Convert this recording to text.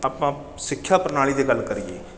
ਆਪਾਂ ਸਿੱਖਿਆ ਪ੍ਰਣਾਲੀ ਦੀ ਗੱਲ ਕਰੀਏ